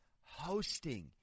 hosting